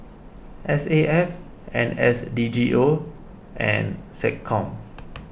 S A F N S D G O and SecCom